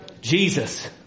Jesus